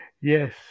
yes